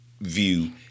view